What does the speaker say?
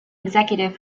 executive